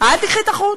אל תיקחי את החוט,